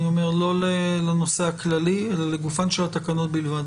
אני אומר לא לנושא הכללי אלא לגופן של התקנות בלבד.